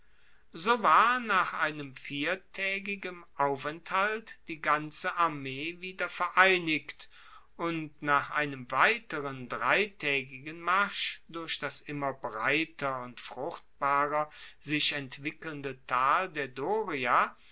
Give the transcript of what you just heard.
so war nach viertaegigem aufenthalt die ganze armee wieder vereinigt und nach einem weiteren dreitaegigen marsch durch das immer breiter und fruchtbarer sich entwickelnde tal der doria